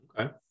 okay